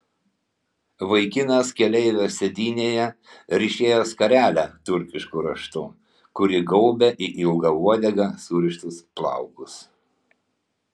vaikinas keleivio sėdynėje ryšėjo skarelę turkišku raštu kuri gaubė į ilgą uodegą surištus plaukus